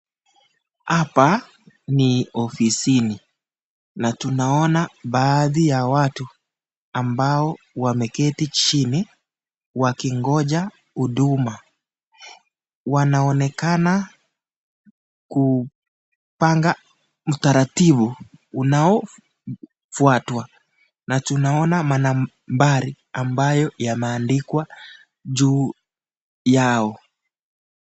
Hapa ni ofisini na tunaona baadhi ya watu ambao wameketi chini wakigonja huduma. Wanaonekana kupanga utaratibu unaofuatwa na tunaona manambari ambayo yameandikwa juu yao.